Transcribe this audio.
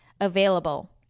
available